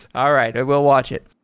all right. i will watch it.